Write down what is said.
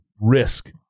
risk